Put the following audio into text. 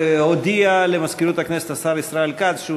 הודיע למזכירות הכנסת השר ישראל כץ שהוא